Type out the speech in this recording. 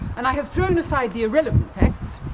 and i have thrown aside the irrelevant facts,